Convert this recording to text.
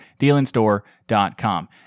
dealinstore.com